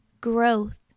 Growth